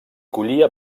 collia